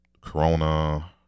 corona